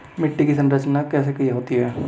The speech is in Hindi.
मिट्टी की संरचना कैसे होती है?